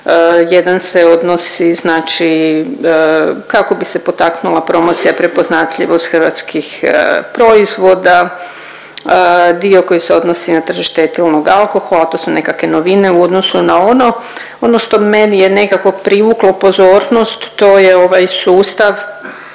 jedan se odnosi znači kako bi se potaknula promocija prepoznatljivost hrvatskih proizvoda, dio koji se odnosi na tržište etilnog alkohola, to su nekakve novine u odnosu na ono. Ono što meni je nekako privuklo pozornost to je ovaj sustav,